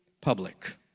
public